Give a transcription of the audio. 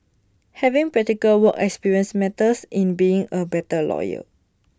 having practical work experience matters in being A better lawyer